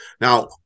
Now